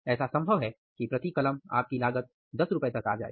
ऐसा संभव है कि प्रति कलम आप की लागत ₹10 तक आ जाए